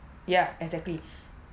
yeah exactly